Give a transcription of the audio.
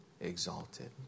exalted